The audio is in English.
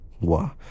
Wow